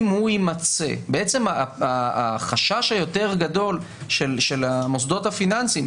בעצם החשש היותר גדול של המוסדות הפיננסיים,